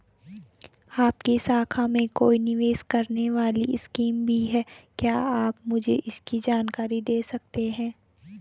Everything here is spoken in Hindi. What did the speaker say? आपकी शाखा में कोई निवेश करने वाली स्कीम भी है क्या आप मुझे इसकी जानकारी दें सकते हैं?